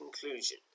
conclusion